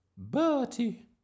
Bertie